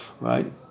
Right